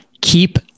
Keep